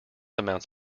amounts